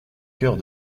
cœurs